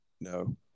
No